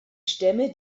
stämme